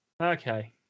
okay